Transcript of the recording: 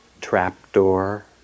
trapdoor